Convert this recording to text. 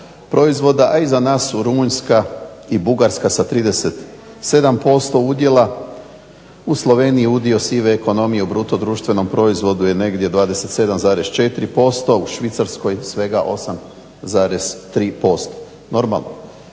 a iza nas su Rumunjska i Bugarska sa 37% udjela. U Sloveniji udio sive ekonomije u BDP-u je negdje 27,4%, u Švicarskoj svega 8,3%. Normalno,